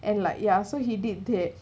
and like ya so he did that